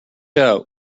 out